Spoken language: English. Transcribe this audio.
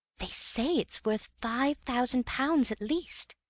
they say it's worth five thousand pounds at least,